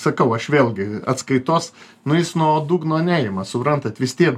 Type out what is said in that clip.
sakau aš vėlgi atskaitos nu jis nuo dugno neima suprantat vis tiek